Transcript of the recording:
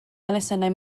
elusennau